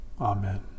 Amen